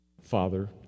Father